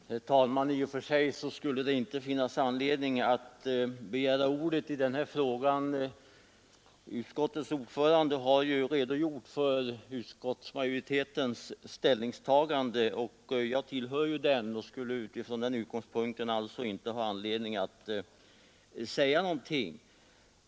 Herr talman! I och för sig skulle det inte finnas anledning att begära ordet i den här frågan, eftersom utskottets ordförande har redogjort för utskottsmajoritetens ställningstagande; jag tillhör ju den och skulle från den utgångspunkten alltså inte behöva säga någonting.